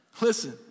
Listen